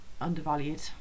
undervalued